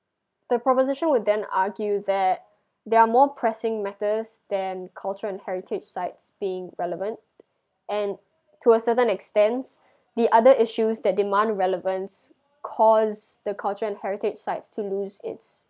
the proposition would then argue that there are more pressing matters than cultural and heritage sites being relevant and to a certain extents the other issues that demand relevance cause the cultural and heritage sites to lose it's